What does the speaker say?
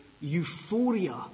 euphoria